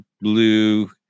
blue